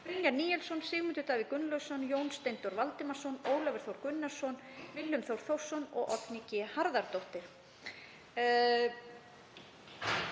Brynjar Níelsson, Sigmundur Davíð Gunnlaugsson, Jón Steindór Valdimarsson, Ólafur Þór Gunnarsson, Willum Þór Þórsson og Oddný G. Harðardóttir.